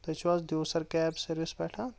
تُہۍ چھِو حظ دیوٗسر کیب سٔروِس پٮ۪ٹھن